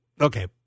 Okay